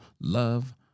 Love